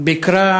ביקרה